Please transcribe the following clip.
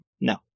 No